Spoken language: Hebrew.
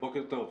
בוקר טוב.